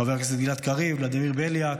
חבר הכנסת גלעד קריב וחבר הכנסת לדימיר בליאק,